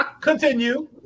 Continue